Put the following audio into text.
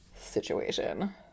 situation